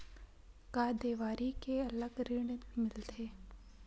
का देवारी के अलग ऋण मिलथे?